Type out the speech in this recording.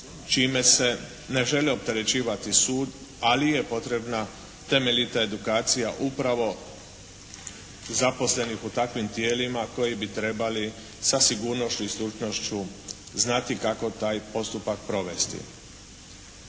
čime se ne želi opterećivati sud, ali je potrebna temeljita edukacija upravo zaposlenih u takvim tijelima koji bi trebali sa sigurnošću i službenošću znati kako taj postupak provesti.